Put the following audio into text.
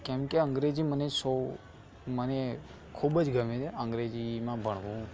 કેમ કે અંગ્રેજી મને સો મને ખૂબ જ ગમે છે અંગ્રેજીમાં ભણવું